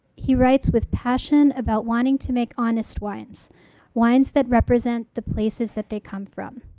he writes with passion about wanting to make honest wines wines that represent the places that they come from.